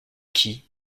qui